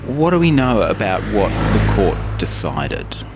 what do we know about what the court decided?